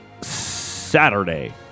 Saturday